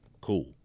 cool